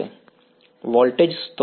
વિદ્યાર્થી વોલ્ટેજ સ્ત્રોત